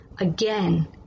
Again